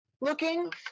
looking